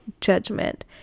judgment